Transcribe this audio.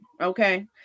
okay